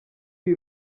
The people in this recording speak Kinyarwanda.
iri